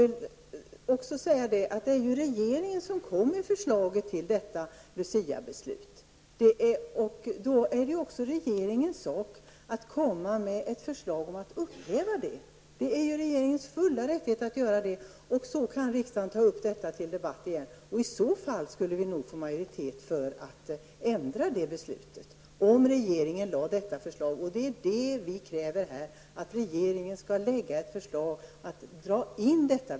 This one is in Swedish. Det var regeringen som fattade beslutet på Luciadagen den 13 december 1989, och då är det också regeringens sak att komma med ett förslag om ett upphävande. Det står regeringen fritt att göra det, och då kan riksdagen ta upp frågan till debatt igen. I så fall skulle det nog bli en majoritet för att ändra det beslutet. Vi kräver att regeringen föreslår en ändring av beslutet.